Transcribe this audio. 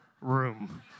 room